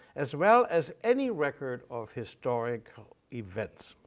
as well as any record of historical events.